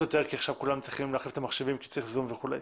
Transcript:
יותר כי עכשיו כולנו צריכים להחליף את המחשבים כי צריך זום וכו',